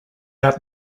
out